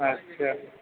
اچھا